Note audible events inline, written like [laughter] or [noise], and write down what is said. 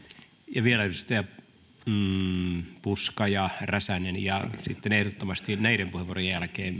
ja vielä edustajat puska ja räsänen ja sitten ehdottomasti näiden puheenvuorojen jälkeen [unintelligible]